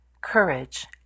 courage